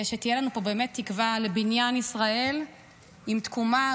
ושתהיה לנו פה באמת תקווה לבניין ישראל עם תקומה,